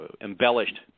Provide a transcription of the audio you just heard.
embellished